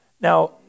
Now